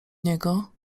niego